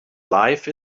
life